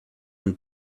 and